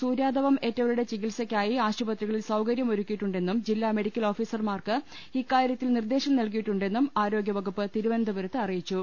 സൂര്യാതപം ഏറ്റവരുടെ ചികിത്സക്കായി ആശുപത്രികളിൽ സൌകര്യം ഒരുക്കിയിട്ടുണ്ടെന്നും ജില്ലാ മെഡിക്കൽ ഓഫീ സർമാർക്ക് ഇക്കാര്യത്തിൽ നിർദേശം നൽകിയിട്ടുണ്ടെന്നും ആരോഗ്യ വകുപ്പ് തിരുവനന്തപുരത്ത് അറിയിച്ചു